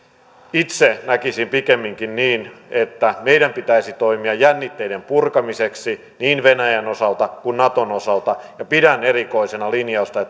itse näkisin pikemminkin niin että meidän pitäisi toimia jännitteiden purkamiseksi niin venäjän kuin naton osalta ja pidän erikoisena linjausta